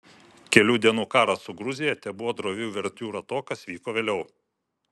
kelių dienų karas su gruzija tebuvo drovi uvertiūra to kas vyko vėliau